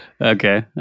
Okay